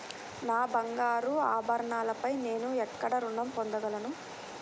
నా బంగారు ఆభరణాలపై నేను ఎక్కడ రుణం పొందగలను?